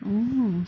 orh